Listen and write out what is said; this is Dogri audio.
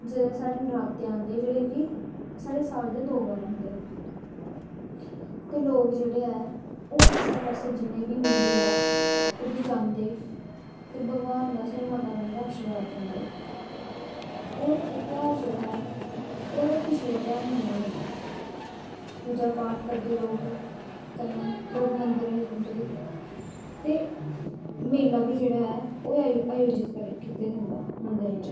जिसलै साढ़े नराते आंदे जेह्ड़े कि साढ़े साल दे दो बार आंदे तेे लोग जेह्ड़े ऐ ओह् आस्सै पास्सै जिन्ने बी मन्दिर ऐ उद्दर जांदे दे बगाह्न दा आशिर्बाद लैंदे और एह् ध्यार जेह्ड़ा ऐ खुशी दा ध्यार मन्नेआं जंदा ऐ पूजा पाठ करदे लोग कन्नैं लोग मन्गरैं जंदे ते मेला बी जेह्ड़ा ऐ ओह् अयोयित कीता जंदा ऐ मन्दरैं च